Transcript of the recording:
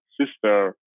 sister